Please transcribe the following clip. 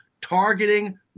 targeting